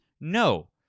No